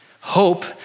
Hope